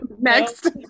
Next